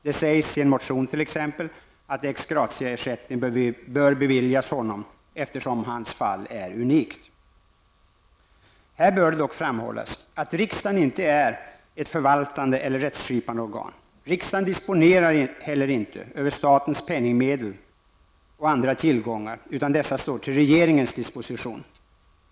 Det sägs i en motion t.ex. att ex gratia-ersättning bör beviljas honom, eftersom hans fall är unikt. Här bör dock framhållas att riksdagen inte är ett förvaltande eller rättskipande organ. Riksdagen disponerar heller inte över statens penningmedel och andra tillgångar, utan dessa står till regeringens disposition.